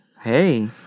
Hey